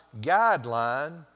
guideline